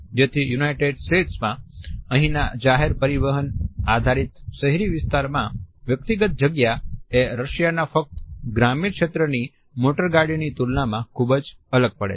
તેથી United States માં અહીંના જાહેર પરિવહન આધારિત શહેરી વિસ્તારમા વ્યક્તિગત જગ્યા એ રશિયાના ફક્ત ગ્રામીણ ક્ષેત્રની મોટરગાડીની તુલનામાં ખૂબ જ અલગ પડે છે